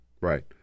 Right